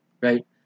right